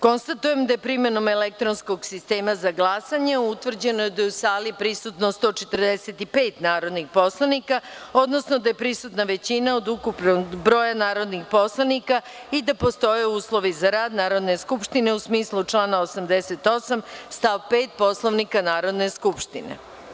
Konstatujem da je, primenom elektronskog sistema za glasanje, utvrđeno da je u sali prisutno 145 narodnih poslanika, odnosno da su prisutna većina od ukupnog broja narodnih poslanika i da postoje uslovi za rad Narodne skupštine u smislu člana 88. stav 5. Poslovnika Narodne skupštine.